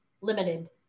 limited